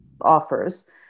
offers